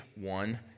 one